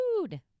food